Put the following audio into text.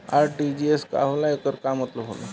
RTGS का होला एकर का मतलब होला?